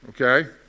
okay